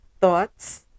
thoughts